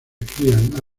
crían